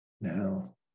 Now